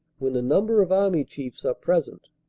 when a number of army chiefs are present,